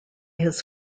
his